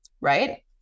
right